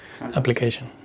application